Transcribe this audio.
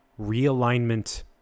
Realignment